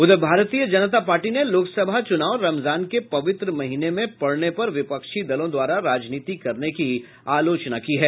उधर भारतीय जनता पार्टी ने लोकसभा चुनाव रमजान के पवित्र महीने में पड़ने पर विपक्षी दलों द्वारा राजनीति करने की आलोचना की है